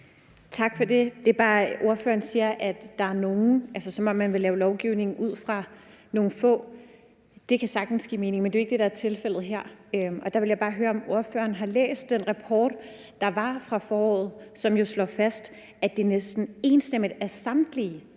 Tak for det. Det er bare, fordi ordføreren siger, at »der er nogle«, altså som om man vil lave lovgivning ud fra nogle få. Det kan sagtens give mening, men det er jo ikke det, der er tilfældet her. Og der vil jeg bare høre, om ordføreren har læst den rapport, der kom i foråret, og som jo slår fast, at det næsten er samtlige